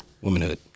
Womanhood